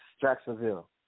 Jacksonville